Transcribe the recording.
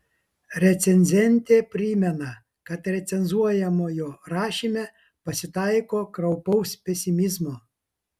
recenzentė primena kad recenzuojamojo rašyme pasitaiko kraupaus pesimizmo